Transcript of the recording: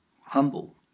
humble